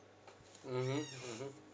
mmhmm mmhmm